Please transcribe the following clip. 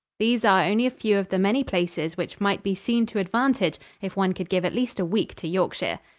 these are only a few of the many places which might be seen to advantage if one could give at least a week to yorkshire.